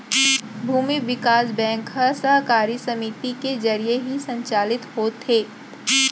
भूमि बिकास बेंक ह सहकारी समिति के जरिये ही संचालित होथे